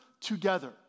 together